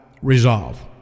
resolve